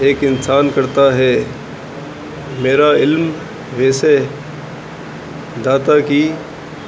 ایک انسان کرتا ہے میرا علم ویسے داتا کی